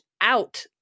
out